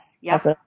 Yes